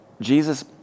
Jesus